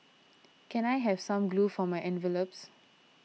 can I have some glue for my envelopes